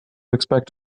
expect